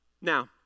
Now